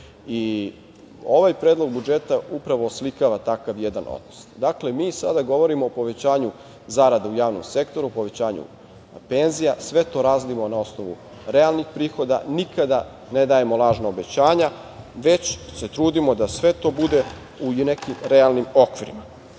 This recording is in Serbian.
Ovaj predlog budžeta upravo oslikava takav jedan odnos. Dakle, mi sada govorimo o povećanju zarada u javnom sektoru, o povećanju penzija, sve to radimo na osnovu realnih prihoda, nikada ne dajemo lažna obećanja, već se trudimo da sve to bude u nekim realnim